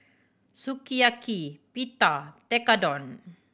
Sukiyaki Pita Tekkadon